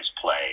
play